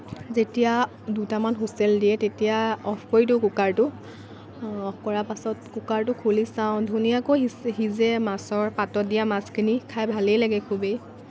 যেতিয়া দুটামান হুইচেল দিয়ে তেতিয়া অফ কৰি দিওঁ কুকাৰটো অফ কৰাৰ পিছত কুকাৰটো খুলি চাওঁ ধুনীয়াকৈ সিজে মাছৰ পাতত দিয়া মাছখিনি খাই ভালেই লাগে খুবেই